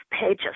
pages